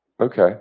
Okay